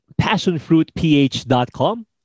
PassionfruitPh.com